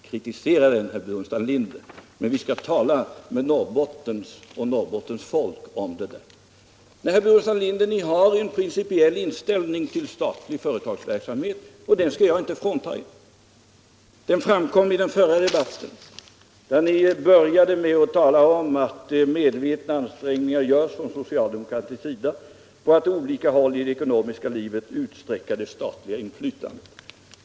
Kritisera den, herr Burenstam Linder! Men vi skall tala med Norrbottens folk om detta. Nej, herr Burenstam Linder, ni har en principell inställning till statlig företagsamhet — och den skall jag inte frånta er. Den framkom vid debatten om teckning av aktier i Statsföretag AB, m.m., där ni började med att tala om att socialdemokraterna gör ”medvetna ansträngningar att på olika håll i det ekonomiska livet utsträcka det statliga inflytandet”.